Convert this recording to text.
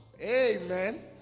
Amen